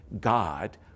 God